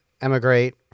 emigrate